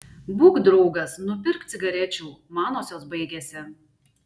būk draugas nupirk cigarečių manosios baigėsi